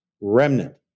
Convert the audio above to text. remnant